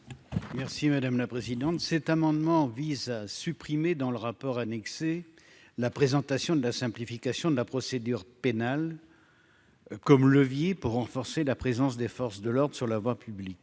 Merci madame la présidente, cet amendement vise à supprimer dans le rapport annexé la présentation de la simplification de la procédure pénale comme levier pour renforcer la présence des forces de l'ordre sur la voie publique,